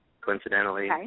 coincidentally